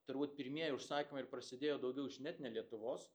turbūt pirmieji užsakymai ir prasidėjo daugiau iš net ne lietuvos